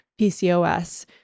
PCOS